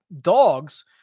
dogs